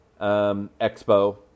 Expo